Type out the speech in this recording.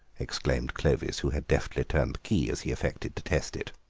exclaimed clovis, who had deftly turned the key as he affected to test it.